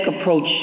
approach